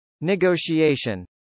Negotiation